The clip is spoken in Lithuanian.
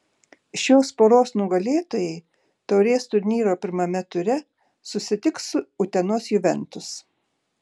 šios poros nugalėtojai taurės turnyro pirmame ture susitiks su utenos juventus